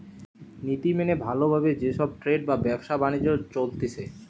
নীতি মেনে ভালো ভাবে যে সব ট্রেড বা ব্যবসা বাণিজ্য চলতিছে